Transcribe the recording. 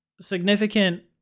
significant